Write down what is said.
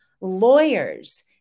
lawyers